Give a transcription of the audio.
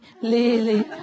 Lily